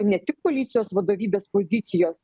ne tik policijos vadovybės pozicijos